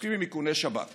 מתעסקים עם איכוני שב"כ